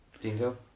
Dingo